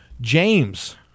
James